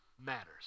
matters